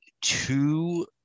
two